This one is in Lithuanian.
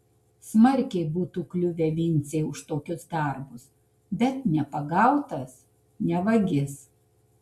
smarkiai būtų kliuvę vincei už tokius darbus bet nepagautas ne vagis